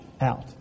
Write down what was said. out